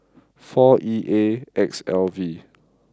four E A X L V